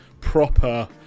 proper